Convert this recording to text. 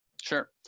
Sure